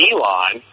Elon